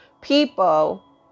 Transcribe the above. people